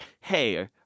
hey